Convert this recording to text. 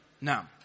Now